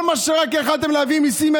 בכל פעם שרק יכולתם להטיל מיסים,